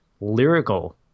lyrical